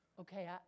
Okay